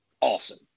awesome